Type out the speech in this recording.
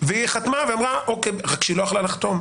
רק שהיא לא יכלה לחתום.